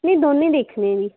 ਨਹੀਂ ਦੋਨੇਂ ਦੇਖਣੇ ਜੀ